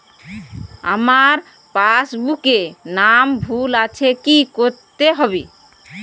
আমার পাসবুকে নাম ভুল আছে কি করতে হবে?